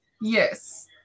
Yes